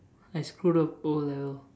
I screwed up O level